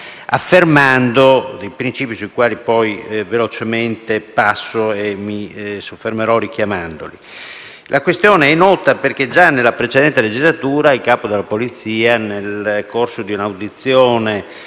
affermando principi sui quali poi velocemente mi soffermerò richiamandoli. La questione è nota perché già nella precedente legislatura il Capo della Polizia, nel corso di un'audizione